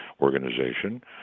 Organization